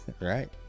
right